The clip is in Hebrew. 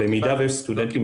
אם יש סטודנטים טענות --- סליחה,